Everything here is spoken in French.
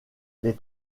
les